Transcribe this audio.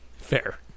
Fair